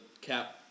cap